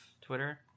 Twitter